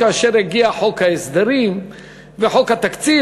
כאשר יגיעו חוק ההסדרים וחוק התקציב,